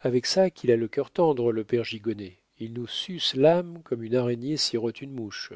avec ça qu'il a le cœur tendre le père gigonnet il nous suce l'âme comme une araignée sirote une mouche